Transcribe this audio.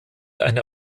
eine